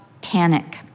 panic